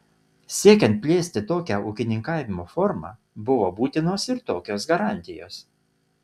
siekiant plėsti tokią ūkininkavimo formą buvo būtinos ir tokios garantijos